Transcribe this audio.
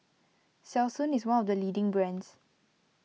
Selsun is one of the leading brands